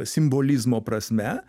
simbolizmo prasme